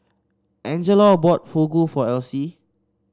Angelo bought Fugu for Elsie